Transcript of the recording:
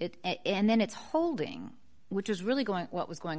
it and then it's holding which is really going what was going